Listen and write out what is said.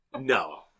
No